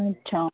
अच्छा